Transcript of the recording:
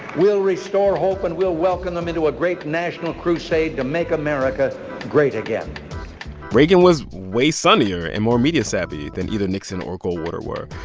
we'll restore hope, and we'll welcome them into a great national crusade to make america great again reagan was way sunnier and more media savvy than either nixon or goldwater were.